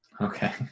Okay